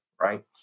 right